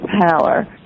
power